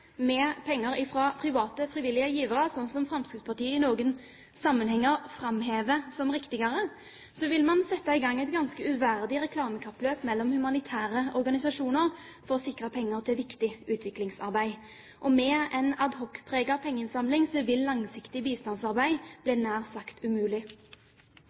med penger fra private, frivillige givere, sånn som Fremskrittspartiet i noen sammenhenger framhever som riktigere, ville man sette i gang et ganske uverdig reklamekappløp mellom humanitære organisasjoner for å sikre penger til viktig utviklingsarbeid. Og med en ad hoc-preget pengeinnsamling vil langsiktig bistandsarbeid nær sagt bli umulig.